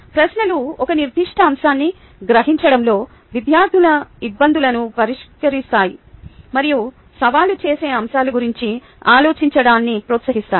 ప్రశ్నలు ఒక నిర్దిష్ట అంశాన్ని గ్రహించడంలో విద్యార్థుల ఇబ్బందులను పరిష్కరిస్తాయి మరియు సవాలు చేసే అంశాల గురించి ఆలోచించడాన్ని ప్రోత్సహిస్తాయి